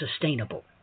sustainable